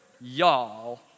Y'all